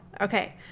Okay